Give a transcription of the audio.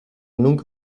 nunca